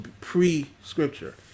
pre-scripture